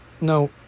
no